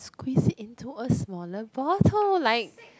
squeeze it into a smaller bottle like